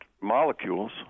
molecules